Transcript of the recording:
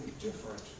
different